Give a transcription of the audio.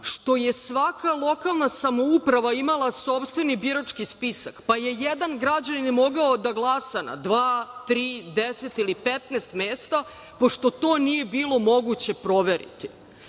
što je svaka lokalna samouprava imala sopstveni birački spisak, pa je jedan građanin mogao da glasa na dva, tri, deset ili 15 mesta, pošto to nije bilo moguće proveriti. Mi